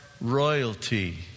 royalty